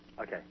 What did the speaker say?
Okay